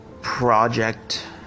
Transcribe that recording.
project